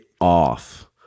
off